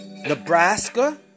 Nebraska